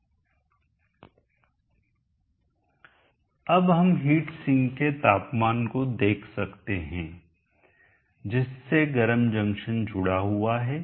हम अब heat sink के तापमान को देख सकते हैं जिससे गर्म जंक्शन जुड़ा हुआ है